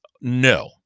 No